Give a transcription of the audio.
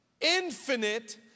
infinite